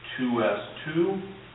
2s2